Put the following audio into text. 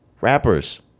rappers